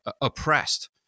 oppressed